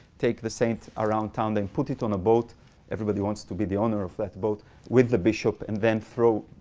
take the saint around town then put it on a boat everybody wants to be the owner of that boat with the bishop, and then throw,